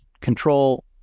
control